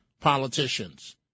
politicians